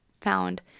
found